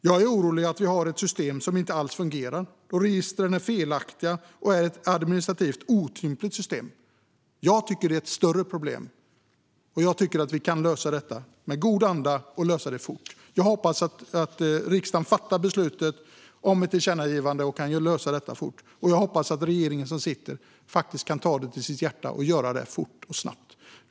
Jag är orolig för att vi har ett system som inte alls fungerar eftersom registren är felaktiga, och systemet är administrativt otympligt. Jag tycker att det är ett större problem, och jag tycker att vi kan lösa detta fort och i en god anda. Jag hoppas att riksdagen fattar beslut om ett tillkännagivande så att problemet kan lösas fort. Och jag hoppas att den sittande regeringen kan ta problemet till sitt hjärta och lösa det fort.